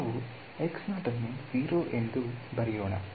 ನಾವು ಎಂದು ಬರೆಯೋಣ